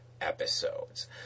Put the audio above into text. episodes